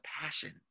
passion